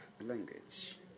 language